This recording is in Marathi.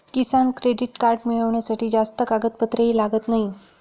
किसान क्रेडिट कार्ड मिळवण्यासाठी जास्त कागदपत्रेही लागत नाहीत